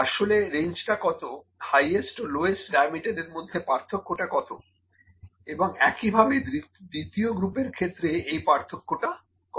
আসলে রেঞ্জটা কত হাইয়েস্ট ও লোয়েস্ট ডায়ামিটার এরমধ্যে পার্থক্য কত এবং একইভাবে দ্বিতীয় গ্রুপের ক্ষেত্রে এই পার্থক্যটা কত